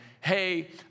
hey